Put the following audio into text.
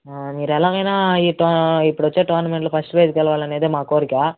మీరు ఎలాగైనా ఈ టో ఇప్పుడొచ్చే టోర్నమెంట్లో ఫస్ట్ ప్రైజ్ గెలవాలనేదే మా కోరికా